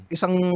Isang